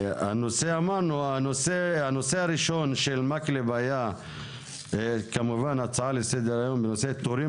הנושא הראשון של מקלב היה הצעה לסדר-היום: "תורים